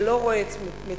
שלא רואה את מצוקתם.